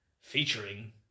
featuring